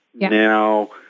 Now